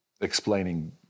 explaining